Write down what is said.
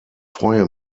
freue